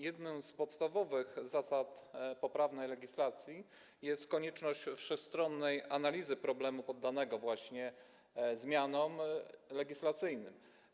Jedną z podstawowych zasad poprawnej legislacji jest konieczność wszechstronnej analizy problemu poddanego właśnie zmianom legislacyjnym.